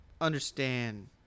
understand